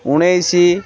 ଉଣେଇଶ